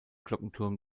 glockenturm